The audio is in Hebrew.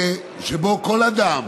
שכל אדם,